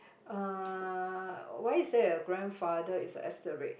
uh why is there a grandfather is asterisk